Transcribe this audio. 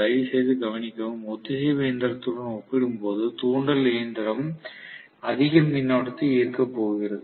தயவுசெய்து கவனிக்கவும் ஒத்திசைவு இயந்திரத்துடன் ஒப்பிடும்போது தூண்டல் இயந்திரம் அதிக மின்னோட்டத்தை ஈர்க்கப் போகிறது